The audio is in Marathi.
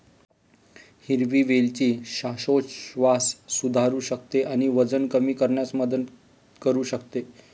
हिरवी वेलची श्वासोच्छवास सुधारू शकते आणि वजन कमी करण्यास मदत करू शकते